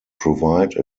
provide